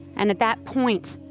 and at that point,